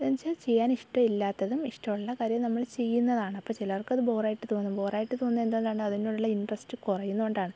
എന്നു വെച്ചാൽ ചെയ്യാനിഷ്ടമില്ലാത്തതും ഇഷ്ടമുള്ള കാര്യവും നമ്മൾ ചെയ്യുന്നതാണ് അപ്പോൾ ചിലർക്ക് അത് ബോറായിട്ട് തോന്നും ബോറായിട്ട് തോന്നുന്നത് എന്തുകൊണ്ടാണ് അതിനോടുള്ള ഇൻറ്ററെസ്റ്റ് കുറയുന്നതു കൊണ്ടാണ്